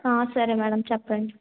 ఆ సరే మేడం చెప్పండి